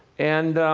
and